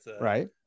right